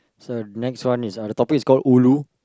so next one is uh the topic is called ulu